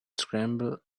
scrambled